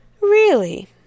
Really